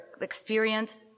experience